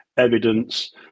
evidence